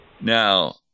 Now